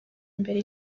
imbere